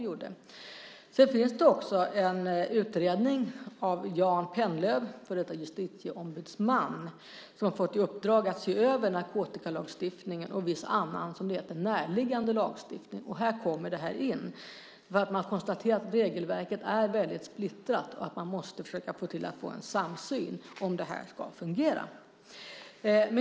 Jan Pennlöv, före detta justitieombudsman, har fått i uppdrag att se över narkotikalagstiftningen och viss annan närliggande lagstiftning. Här kommer denna fråga in. Regelverket är splittrat, och det måste finnas en samsyn om detta ska fungera.